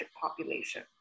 population